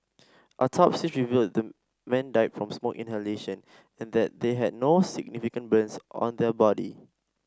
autopsies revealed the men died from smoke inhalation and that they had no significant burns on their body